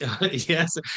Yes